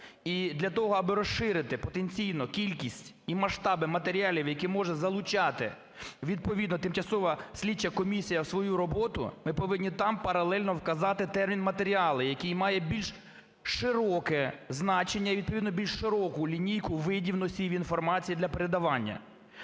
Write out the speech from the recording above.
І для того, аби розширити потенційно кількість і масштаби матеріалів, які може залучати відповідно тимчасова слідча комісія в свою роботу, ми повинні там паралельно указати термін "матеріали", який має більш широке значення, відповідно більш широку лінійку видів носіїв інформації для передавання.